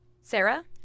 Sarah